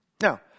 Now